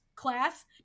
class